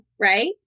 right